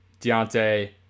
Deontay